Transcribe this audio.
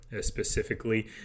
specifically